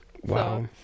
Wow